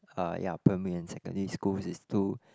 uh ya primary and secondary school is to